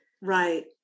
Right